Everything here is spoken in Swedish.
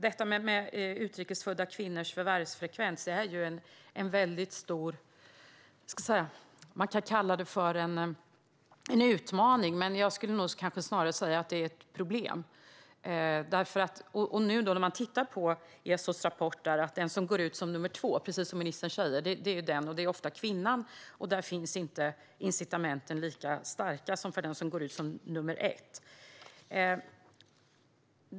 Detta med utrikes födda kvinnors förvärvsfrekvens kan man kalla en utmaning, men jag skulle snarare säga att det är ett problem. ESO:s rapport visar, och som också ministern säger, att den som går ut på arbetsmarknaden som nummer två ofta är kvinnan, och incitamenten är inte lika starka som för den som går ut som nummer ett.